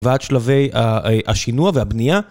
ועד שלבי השינוע והבנייה.